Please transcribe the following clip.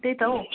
त्यही त हौ